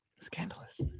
Scandalous